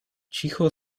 cicho